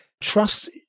trust